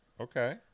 Okay